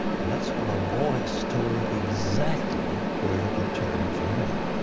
and that's when a voice told him exactly where to turn for help.